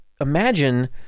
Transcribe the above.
imagine